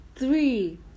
Three